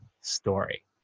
story